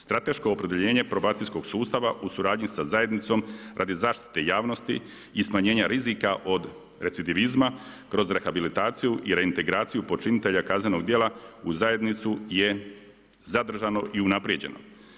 Strateško opredjeljenje probacijskog sustava, u suradnji sa zajednicom, radi zaštite javnosti i smanjenja rizika od recidivizma, kroz rehabilitaciju i reintegraciju počinitelja kaznenog djela, uz zajednicu je zadržano i unapređeno.